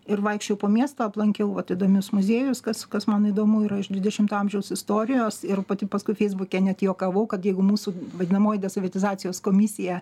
ir vaikščiojau po miestą aplankiau vat įdomius muziejus kas kas man įdomu yra iš dvidešimto amžiaus istorijos ir pati paskui feisbuke net juokavau kad jeigu mūsų vadinamoji desovietizacijos komisija